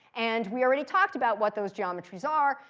and we already talked about what those geometries are.